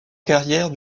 carrière